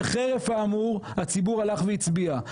וחרף האמור הציבור הלך והצביע.